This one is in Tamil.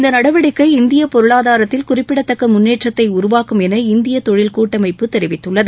இந்த நடவடிக்கை இந்தியப் பொருளாதாரத்தில் குறிப்பிடதக்க முன்னேற்றத்தை உருவாக்கும் என இந்திய தொழில் கூட்டமைப்பு தெரிவித்துள்ளது